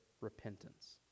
repentance